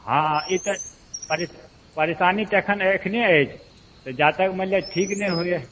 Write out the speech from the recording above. हँ ई तऽ परे परेशानी तऽ अखन अखने अछि तऽ जा तक मानि लियऽ ठीक नहि होइया